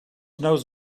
knows